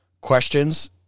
questions